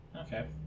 Okay